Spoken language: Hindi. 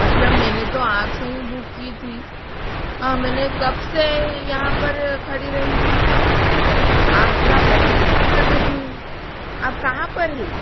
मतलब मैंने तो आपसे ही बुक की थी हाँ मैंने कब से यहाँ पर खड़ी रही थी आपका प्रतीक्षा कर रही हूँ आप कहाँ पर है